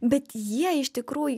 bet jie iš tikrų